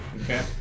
Okay